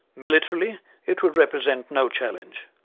militarily it would represent no challenge.